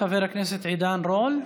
חבר הכנסת עידן רול,